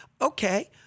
okay